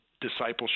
discipleship